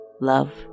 love